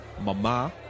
Mama